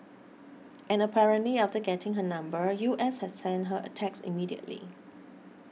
and apparently after getting her number U S had sent her a text immediately